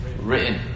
written